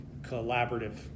collaborative